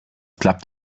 klappt